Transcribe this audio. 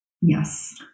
Yes